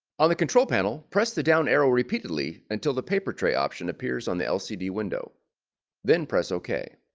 on the control panel press the down arrow repeatedly until the paper tray option appears on the lcd window then press ok